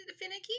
finicky